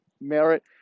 merit